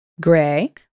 Gray